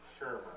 Shermer